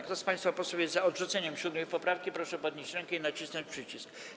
Kto z państwa posłów jest za odrzuceniem 7. poprawki, proszę podnieść rękę i nacisnąć przycisk.